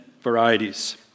varieties